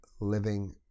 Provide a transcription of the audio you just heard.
living